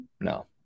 No